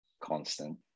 constant